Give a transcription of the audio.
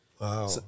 Wow